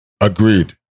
Agreed